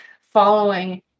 following